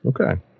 okay